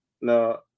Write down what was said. No